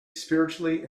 spiritually